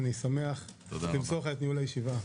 אני שמח למסור לך את ניהול הישיבה.